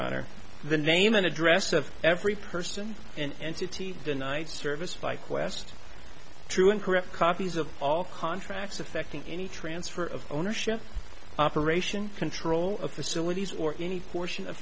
honor the name and address of every person and entity denied service by qwest true and correct copies of all contracts affecting any transfer of ownership operation control of facilities or any portion of